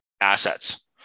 assets